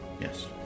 Yes